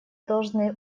должны